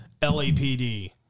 LAPD